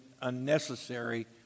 unnecessary